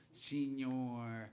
senor